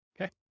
Okay